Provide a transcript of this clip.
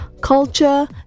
culture